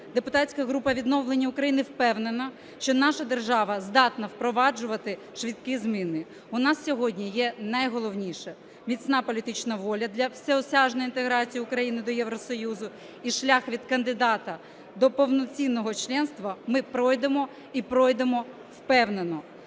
Депутатська група "Відновлення України" впевнена, що наша держава здатна впроваджувати швидкі зміни. У нас сьогодні є найголовніше – міцна політична воля для всеосяжної інтеграції України до Євросоюзу, і шлях від кандидата до повноцінного членства ми пройдемо і пройдемо впевнено.